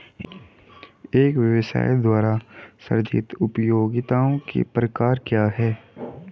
एक व्यवसाय द्वारा सृजित उपयोगिताओं के प्रकार क्या हैं?